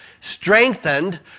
strengthened